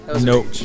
Nope